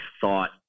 thought